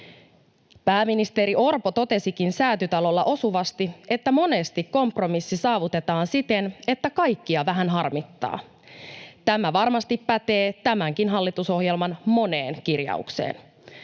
Pääministeri Orpo totesikin Säätytalolla osuvasti, että monesti kompromissi saavutetaan siten, että kaikkia vähän harmittaa. Tämä varmasti pätee tämänkin hallitusohjelman moneen kirjaukseen.